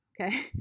okay